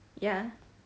ya